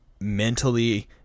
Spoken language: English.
mentally